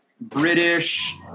British